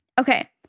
Okay